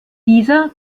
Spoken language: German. dieser